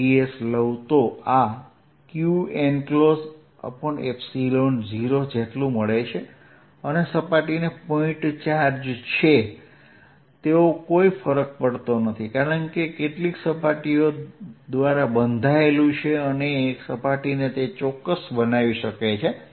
ds લઉં તો આ q enclosed0 જેટલું છે અને સપાટીને પોઇન્ટ ચાર્જ છે તેવું કોઈ ફરક પડતો નથી કારણ કે કેટલીક સપાટી દ્વારા બંધાયેલ છે અને સપાટીને તે ચોક્કસ બનાવી શકે છે